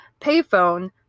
payphone